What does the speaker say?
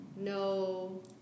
no